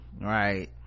right